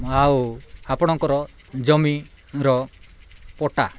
ଆଉ ଆପଣଙ୍କର ଜମିର ପଟା